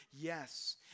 Yes